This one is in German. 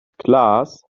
klaas